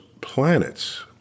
planets